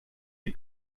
die